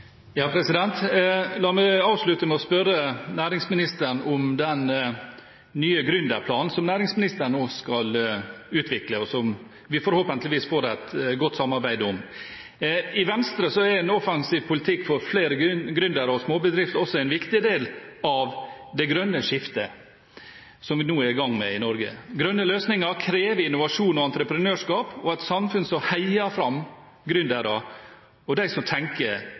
La meg avslutte med å spørre næringsministeren om den nye gründerplanen som hun nå skal utvikle, og som vi forhåpentligvis får et godt samarbeid om. I Venstre er en offensiv politikk for flere gründere og småbedrifter også en viktig del av det grønne skiftet som vi nå er i gang med i Norge. Grønne løsninger krever innovasjon og entreprenørskap og et samfunn som heier fram gründere og dem som tenker